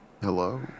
Hello